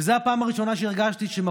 וזו הייתה הפעם הראשונה שהרגשתי שיש